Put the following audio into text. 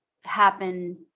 happen